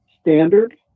standard